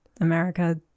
America